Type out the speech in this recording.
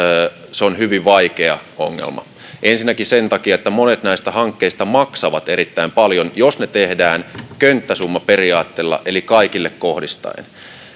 on hyvin vaikea ongelma ensinnäkin sen takia että monet näistä hankkeista maksavat erittäin paljon jos ne tehdään könttäsummaperiaatteella eli kaikille kohdistaen